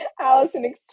Allison